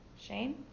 Shane